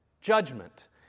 judgment